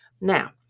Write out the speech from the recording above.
Now